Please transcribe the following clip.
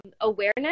awareness